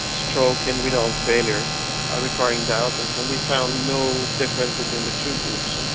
stroke and renal failure ah requiring dialysis, and we found no difference between the two groups,